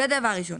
דבר שני.